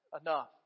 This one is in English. Enough